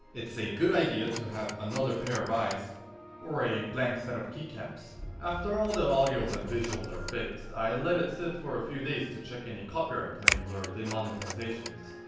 it's a good idea to have another pair of eyes or a blank set of keycaps after all the audios and visuals are fixed i let it sit for a few days to check any copyright claims or demonetizations